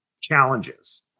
challenges